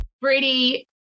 brady